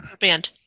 band